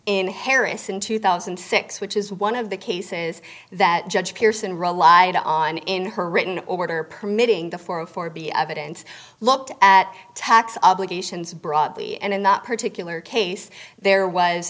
in harris in two thousand and six which is one of the cases that judge pearson relied on in her written order permitting the four a four b evidence looked at tax obligations broadly and in that particular case there was